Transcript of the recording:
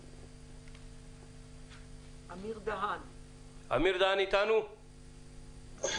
אמיר דהן, בבקשה.